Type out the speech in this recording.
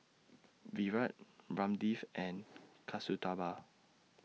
Virat Ramdev and Kasturba